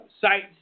sites